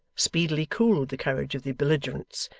speedily cooled the courage of the belligerents,